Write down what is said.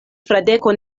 fradeko